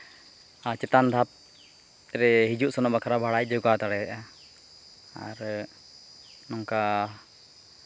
ᱟᱨ ᱪᱮᱛᱟᱱ ᱫᱷᱟᱯ ᱮ ᱦᱤᱡᱩᱜ ᱥᱮᱱᱚᱜ ᱵᱟᱠᱷᱨᱟ ᱵᱷᱟᱲᱟ ᱡᱩᱫᱤ ᱠᱚ ᱦᱟᱛᱟᱣ ᱫᱟᱲᱮᱭᱟᱜᱼᱟ ᱟᱨ ᱱᱚᱝᱠᱟ